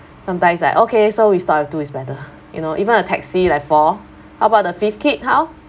sometimes like okay so we start two is better you know even a taxi like four how about the fifth kid how